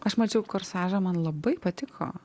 aš mačiau korsažą man labai patiko